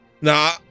Nah